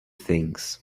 things